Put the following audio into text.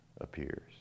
appears